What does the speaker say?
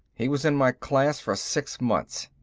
he was in my class for six months.